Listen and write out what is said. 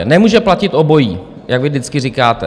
Nemůže platit obojí, jak vy vždycky říkáte.